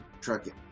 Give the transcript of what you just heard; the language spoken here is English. trucking